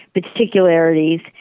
particularities